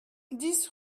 dix